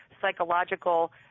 psychological